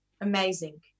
Amazing